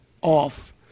off